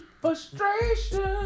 Frustration